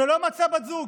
שלא מצא בת זוג,